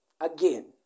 again